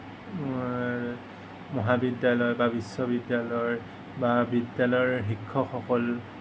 মহাবিদ্যালয় বা বিশ্ববিদ্যালয় বা বিদ্যালয়ৰ শিক্ষকসকল